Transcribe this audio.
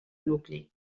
nucli